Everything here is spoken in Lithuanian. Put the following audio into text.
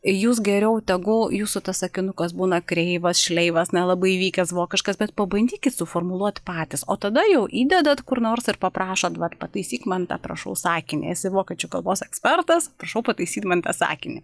jūs geriau tegu jūsų tas sakinukas būna kreivas šleivas nelabai vykęs vokiškas bet pabandykit suformuluot patys o tada jau įdedat kur nors ir paprašot dabar pataisyk man tą prašau sakinį esi vokiečių kalbos ekspertas prašau pataisyt man tą sakinį